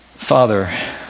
Father